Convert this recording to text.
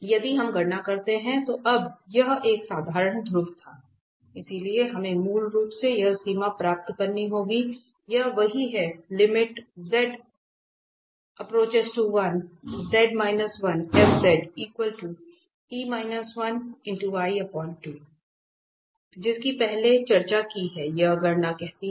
यदि हम गणना करते हैं तो अब यह एक साधारण ध्रुव था इसलिए हमें मूल रूप से यह सीमा प्राप्त करनी होगी यह वही है जिसकी हमने पहले चर्चा की है यह गणना कहती है